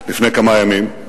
לפני כמה ימים,